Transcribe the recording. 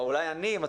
או אולי אני,